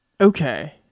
Okay